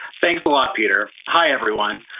thanks a lot, peter. hi, everyone.